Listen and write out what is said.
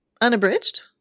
Unabridged